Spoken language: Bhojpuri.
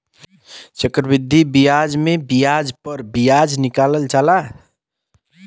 चक्रवृद्धि बियाज मे बियाज प बियाज निकालल जाला